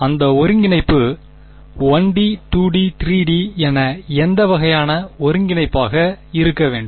அந்த ஒருங்கிணைப்பு 1D 2D 3D என எந்த வகையான ஒருங்கிணைப்பாக இருக்க வேண்டும்